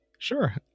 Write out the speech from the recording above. sure